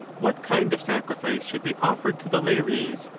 what kind of sacrifice should be offered to the lares,